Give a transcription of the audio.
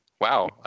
Wow